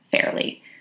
fairly